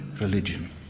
religion